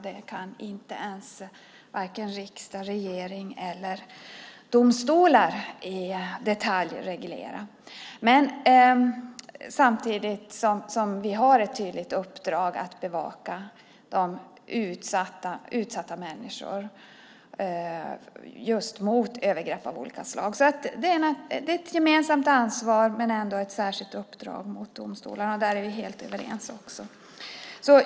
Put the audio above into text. Det kan inte ens riksdag, regering eller domstolar reglera i detalj. Samtidigt har vi ett tydligt uppdrag att bevaka att utsatta människor inte utsätts för övergrepp av olika slag. Det är ett gemensamt ansvar men samtidigt ett särskilt uppdrag för domstolarna. Där är vi helt överens.